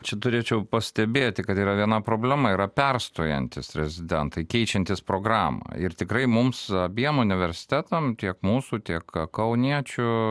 čia turėčiau pastebėti kad yra viena problema yra perstojantys rezidentai keičiantys programą ir tikrai mums abiem universitetam tiek mūsų tiek kauniečių